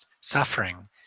suffering